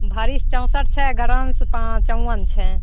भरी चौंसठ छै ग्राम सुता चौअन छै